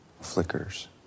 flickers